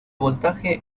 voltaje